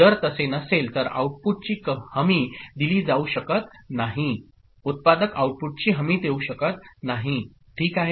जर तसे नसेल तर आउटपुटची हमी दिली जाऊ शकत नाही उत्पादक आउटपुटची हमी देऊ शकत नाही ठीक आहे